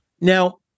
Now